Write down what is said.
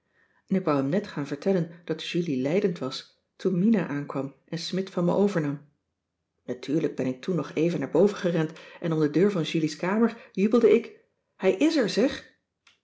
en ik wou hem net gaan vertellen dat julie lijdend was toen mina aankwam en smidt van me overnam natuurlijk ben ik toen nog even naar boven gerend en om de deur van julie's kamer jubelde ik hij is er zeg